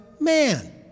man